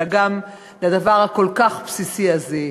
אלא גם לדבר הכל-כך בסיסי הזה,